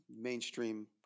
mainstream